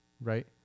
right